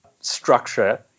structure